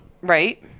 right